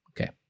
okay